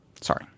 sorry